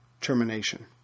Termination